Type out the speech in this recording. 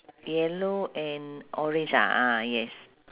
yellow and orange ah ah yes